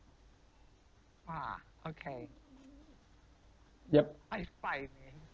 yup